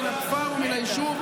מן הכפר ומן היישוב,